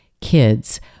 kids